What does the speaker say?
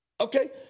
Okay